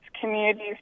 communities